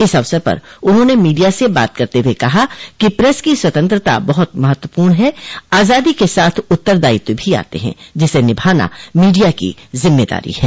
इस अवसर पर उन्होंने मीडिया से बात करते हुए कहा कि प्रेस की स्वतंत्रता बहुत महत्वपूर्ण है आजादी के साथ उत्तरदायित्व भी आते हैं जिसे निभाना मीडिया की जिम्मेदारी है